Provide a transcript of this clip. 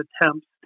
attempts